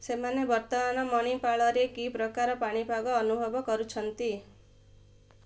ସେମାନେ ବର୍ତ୍ତମାନ ମଣିପାଳରେ କି ପ୍ରକାର ପାଣିପାଗ ଅନୁଭବ କରୁଛନ୍ତି